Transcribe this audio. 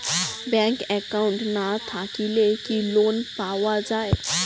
Bank account না থাকিলে কি লোন পাওয়া য়ায়?